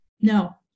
No